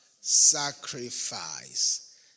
sacrifice